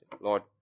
Lord